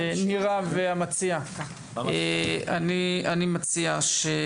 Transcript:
אני מציע שתעשו חילופי